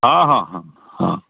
ହଁ ହଁ ହଁ ହଁ